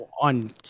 on